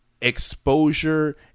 exposure